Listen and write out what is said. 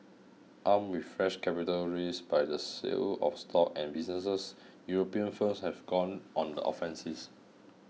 armed with fresh capital raised by the sale of stock and businesses European firms have gone on the offensives